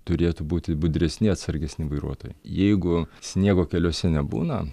turėtų būti budresni atsargesni vairuotojai jeigu sniego keliuose nebūna